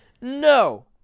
No